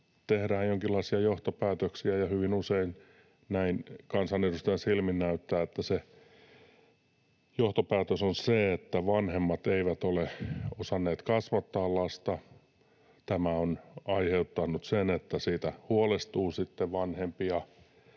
tehdään jonkinlaisia johtopäätöksiä, ja hyvin usein, näin kansanedustajan silmin, näyttää, että se johtopäätös on se, että vanhemmat eivät ole osanneet kasvattaa lasta. Tämä aiheuttaa sen, että siitä huolestuu sitten vanhempia